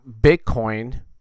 Bitcoin